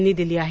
यांनी दिली आहे